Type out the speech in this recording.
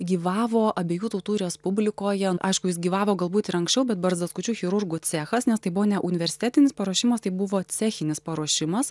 gyvavo abiejų tautų respublikoje aišku jis gyvavo galbūt ir anksčiau bet barzdaskučių chirurgų cechas nes tai buvo ne universitetinis paruošimas tai buvo cechinis paruošimas